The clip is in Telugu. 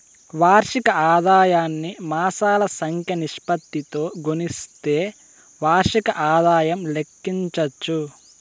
వార్షిక ఆదాయాన్ని మాసాల సంఖ్య నిష్పత్తితో గుస్తిస్తే వార్షిక ఆదాయం లెక్కించచ్చు